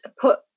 put